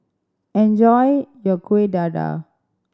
enjoy your Kuih Dadar